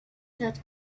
that